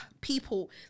people